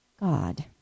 God